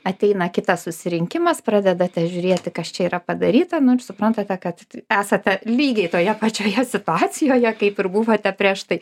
ateina kitas susirinkimas pradedate žiūrėti kas čia yra padaryta nu ir suprantate kad esate lygiai toje pačioje situacijoje kaip ir buvote prieš tai